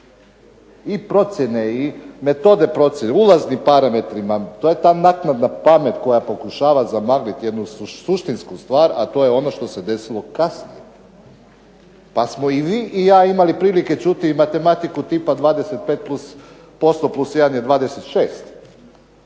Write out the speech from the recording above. i procjene i metode procjene, ulaznim parametrima, to je ta naknadna pamet koja pokušava zamagliti jednu suštinsku stvar, a to je ono što se desilo kasnije pa smo i vi i ja imali priliku čuti i matematiku tipa 25% plus jedan je 26.